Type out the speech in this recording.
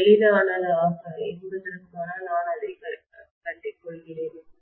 எளிதானது என்பதற்காக நான் அதை கட்டிக்கொள்கிறேன்